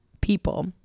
people